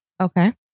Okay